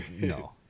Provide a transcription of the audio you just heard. No